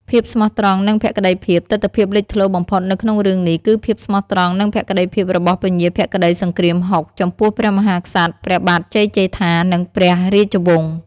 ភាពស្មោះត្រង់ និងភក្តីភាពៈ ទិដ្ឋភាពលេចធ្លោបំផុតនៅក្នុងរឿងនេះ គឺភាពស្មោះត្រង់និងភក្តីភាពរបស់ ពញាភក្តីសង្គ្រាមហុក ចំពោះព្រះមហាក្សត្រ ព្រះបាទជ័យជេដ្ឋា និងព្រះរាជវង្ស។